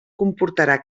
comportarà